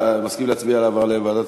אתה מסכים להצביע על העברה לוועדה,